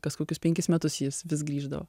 kas kokius penkis metus jis vis grįždavo